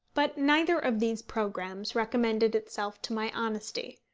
but neither of these programmes recommended itself to my honesty.